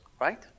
Right